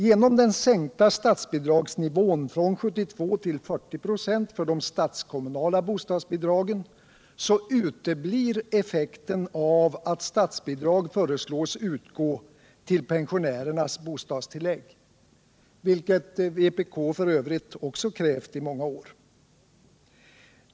Genom att statsbidragsnivån för de statskommunala bostadsbidragen sänks från 72 till 40 96 uteblir effekten av att statsbidrag föreslås utgå till pensionärernas bostadstillägg, vilket vpk f.ö. också krävt i många år.